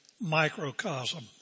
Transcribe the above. microcosm